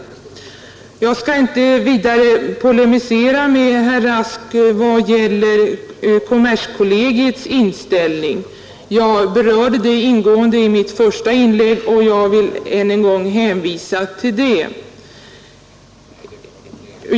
Jag skall inte polemisera med herr Rask om kommerskollegiets inställning. Jag berörde den saken ingående i mitt första inlägg, och jag hänvisar till det.